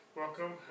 welcome